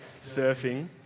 surfing